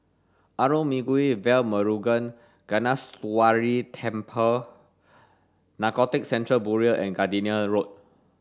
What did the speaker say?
Arulmigu Velmurugan Gnanamuneeswarar Temple Narcotics Control Bureau and Gardenia Road